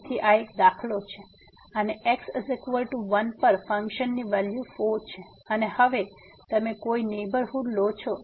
તેથી આ એક દાખલો છે અને x 1 પર ફંકશન ની વેલ્યુ 4 છે અને હવે તમે કોઈ નેહબરહુડ લો છો